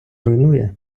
руйнує